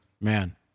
Man